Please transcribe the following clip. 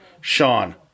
Sean